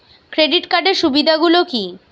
Credit কার্ডের সুবিধা গুলো কি?